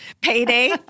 Payday